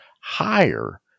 higher